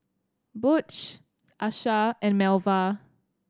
Butch Asha and Melva